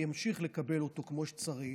ימשיך לקבל אותו כמו שצריך,